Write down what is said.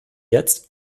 jetzt